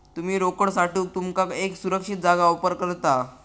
तुमची रोकड साठवूक तुमका एक सुरक्षित जागा ऑफर करता